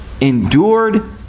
endured